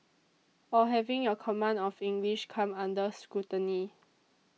or having your command of English come under scrutiny